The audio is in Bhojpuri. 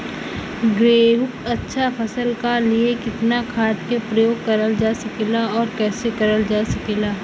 गेहूँक अच्छा फसल क लिए कितना खाद के प्रयोग करल जा सकेला और कैसे करल जा सकेला?